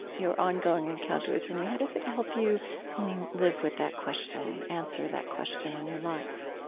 your ongoing encounter with rumi, how does it help you live with that question, answer that question in your life?